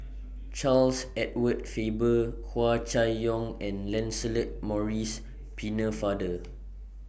Charles Edward Faber Hua Chai Yong and Lancelot Maurice Pennefather